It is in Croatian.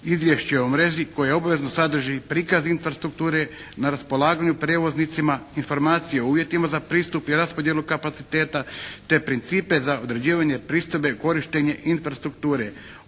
izvješće o mreži koje obvezno sadrži i prikaz infrastrukture na raspolaganju prijevoznicima, informacije o uvjetima za pristup i raspodjelu kapaciteta te principe za određivanje pristojbe, korištenje infrastrukture.